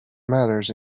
matters